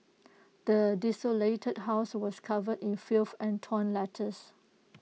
the desolated house was covered in filth and torn letters